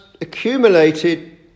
accumulated